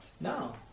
No